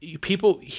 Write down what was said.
people